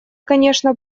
конечно